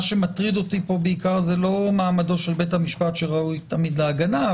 שמטריד אותי פה זה לא מעמד בית המשפט שראוי תמיד להגנה,